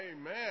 Amen